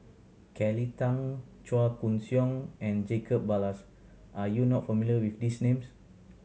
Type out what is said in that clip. Kelly Tang Chua Koon Siong and Jacob Ballas are you not familiar with these names